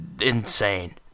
insane